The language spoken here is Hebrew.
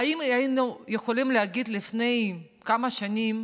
האם היינו יכולים להגיד לפני כמה שנים